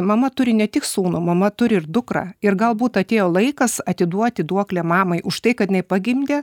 mama turi ne tik sūnų mama turi ir dukrą ir galbūt atėjo laikas atiduoti duoklę mamai už tai kad jinai pagimdė